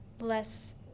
less